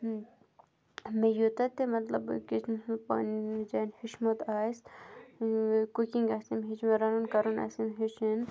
مےٚ یوٗتاہ تہِ مطلب کِچنَس منٛز پنٛںہِ جایہِ ہیٚچھمُت آسہِ کُکِنٛگ آسٮ۪م ہیٚچھمٕژ رَنُن کَرُن آسٮ۪م ہیٚچھُن